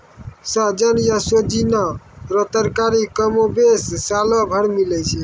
सहजन या सोजीना रो तरकारी कमोबेश सालो भर मिलै छै